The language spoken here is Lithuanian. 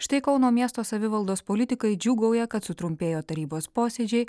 štai kauno miesto savivaldos politikai džiūgauja kad sutrumpėjo tarybos posėdžiai